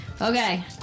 Okay